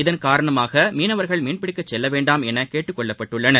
இதன் காரணமாக மீனவர்கள் மீன்பிடிக்க செல்லவேண்டாம் என கேட்டுக்கொள்ளப் பட்டுள்ளனர்